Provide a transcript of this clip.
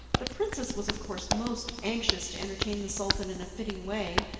the princess was of course most anxious to entertain the sultan in a fitting way,